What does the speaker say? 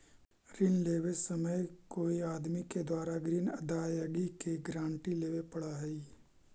ऋण लेवे समय कोई आदमी के द्वारा ग्रीन अदायगी के गारंटी लेवे पड़ऽ हई